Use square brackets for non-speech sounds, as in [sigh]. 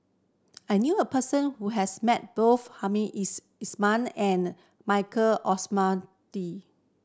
I knew a person who has met both Hamed [unintelligible] Ismail and Michael [unintelligible]